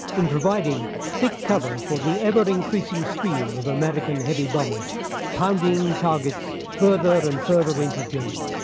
in providing thick cover for the ever-increasing stream of american heavy bombers pounding targets further and further into germany.